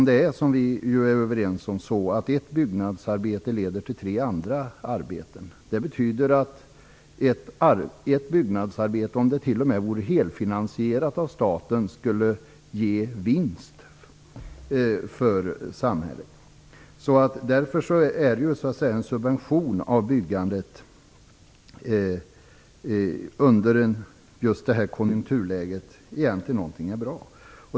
Vi är ju överens om att ett byggnadsarbete leder till tre andra arbeten. Ett byggnadsarbete skulle, om det så t.o.m. vore helfinansierat av staten, ge vinst för samhället. Därför är en subvention av byggandet i just detta konjunkturläge egentligen bra.